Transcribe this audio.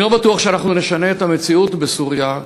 אני לא בטוח שאנחנו נשנה את המציאות בסוריה,